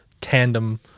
tandem